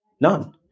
None